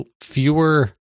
fewer